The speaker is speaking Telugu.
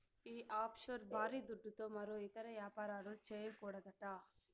ఈ ఆఫ్షోర్ బారీ దుడ్డుతో మరో ఇతర యాపారాలు, చేయకూడదట